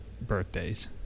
birthdays